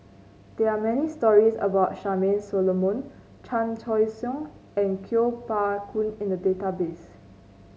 there are many stories about Charmaine Solomon Chan Choy Siong and Kuo Pao Kun in the database